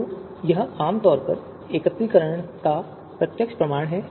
तो यह आम तौर पर एकत्रीकरण का प्रत्यक्ष परिणाम है